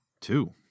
Two